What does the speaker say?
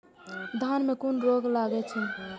धान में कुन रोग लागे छै?